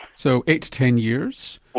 so eight to ten years,